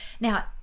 Now